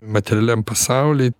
materialiam pasauly